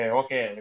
okay